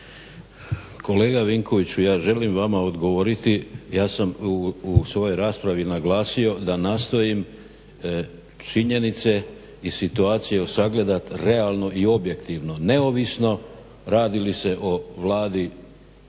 kolega Vinkoviću ja želim vama odgovoriti, ja sam u svojoj raspravi naglasio da nastojim činjenice i situaciju sagledati realno i objektivno, neovisno radi o Vladi